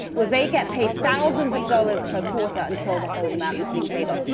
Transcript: was they get paid thousands of dollars per quarter until the whole amount has been paid off.